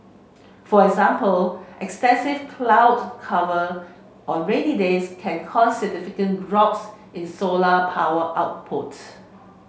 for example extensive cloud cover on rainy days can cause significant drops in solar power output